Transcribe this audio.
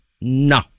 No